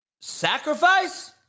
sacrifice